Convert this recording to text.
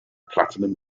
platinum